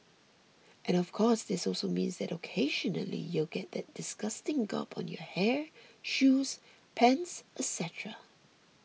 and of course this also means that occasionally you'll get that disgusting gob on your hair shoes pants et cetera